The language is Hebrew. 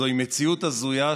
זוהי מציאות הזויה,